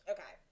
Okay